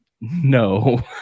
no